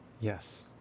Yes